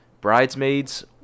Bridesmaids